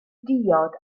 diod